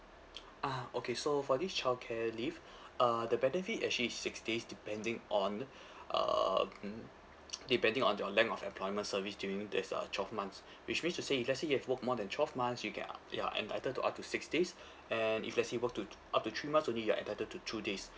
ah okay so for this childcare leave uh the benefit actually is six days depending on um depending on your length of employment service during these uh twelve months which means to say if let's say you've worked more than twelve months you can you are entitled to up to six days and if let's say you work to up to three months only you're entitled to two days